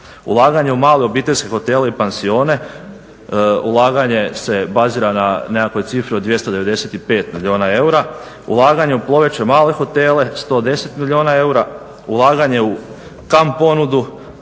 ulaganje u male obiteljske hotele i pansione. Ulaganje se bazira na nekakvoj cifri od 295 milijuna eura, ulaganje u male ploveće hotele 110 milijuna eura, ulaganje u kamp ponudu